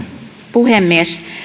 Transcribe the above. puhemies